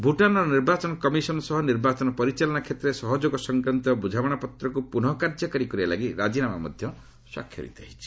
ଭୁଟାନର ନିର୍ବାଚନ କମିଶନ ସହ ନିର୍ବାଚନ ପରିଚାଳନା କ୍ଷେତ୍ରରେ ସହଯୋଗ ସଂକ୍ରାନ୍ତ ବୁଝାମଣାପତ୍ରକୁ ପୁନଃ କାର୍ଯ୍ୟକାରୀ କରିବା ଲାଗି ରାଜିନାମା ସ୍ୱାକ୍ଷରିତ ହୋଇଛି